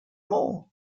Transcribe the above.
more